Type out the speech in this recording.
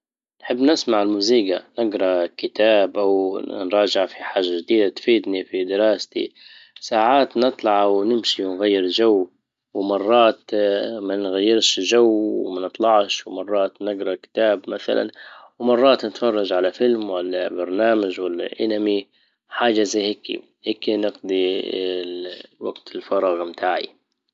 نحب نسمع المزيكا نجرا كتاب او نراجع في حاجة جديدة تفيدني في دراستي ساعات نطلع ونمشي ونغير جو ومرات ما نغيرش جو وما نطلعش ومرات نجرى كتاب مثلا ومرات نتفرج على فيلم ولا برنامج ولا انمي حاجة زي هيكي نقدي وقت الفراغ بتاعي